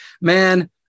man